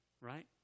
right